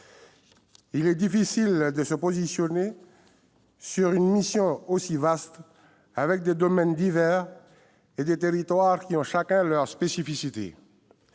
Il est difficile de prendre position sur une mission aussi vaste, avec des domaines divers et des territoires qui ont chacun leurs spécificités.